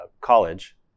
college